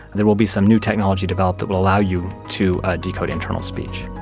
there will be some new technology developed that will allow you to decode internal speech.